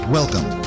Welcome